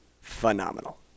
phenomenal